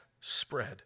spread